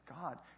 God